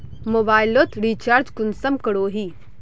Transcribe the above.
Mobile लोत recharge कुंसम करोही?